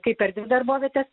kai per dvi darbovietes